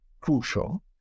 crucial